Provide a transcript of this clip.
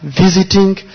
visiting